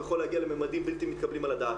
אתם תראו במסגרת התכנית איך אנחנו מייצרים את הנזילות,